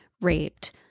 raped